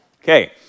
Okay